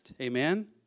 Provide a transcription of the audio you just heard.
Amen